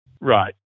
Right